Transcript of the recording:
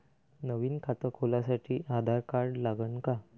नवीन खात खोलासाठी आधार कार्ड लागन का?